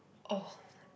oh